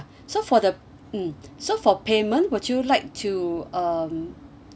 so for the mm so for payment would you like to um